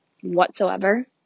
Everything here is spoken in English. whatsoever